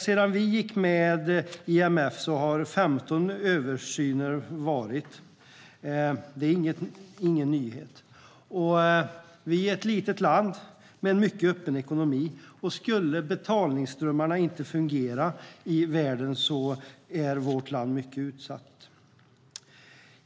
Sedan vi gick med i IMF har det gjorts 15 översyner. Det är ingen nyhet. Vi är ett litet land med en mycket öppen ekonomi. Skulle inte betalningsströmmarna i världen fungera är vårt land mycket utsatt.